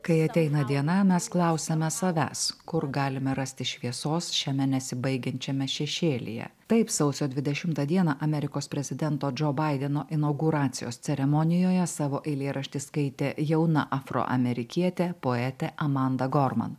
kai ateina diena mes klausiame savęs kur galime rasti šviesos šiame nesibaigiančiame šešėlyje taip sausio dvidešimtą dieną amerikos prezidento džo baideno inauguracijos ceremonijoje savo eilėraštį skaitė jauna afroamerikietė poetė amanda gorman